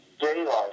Daylight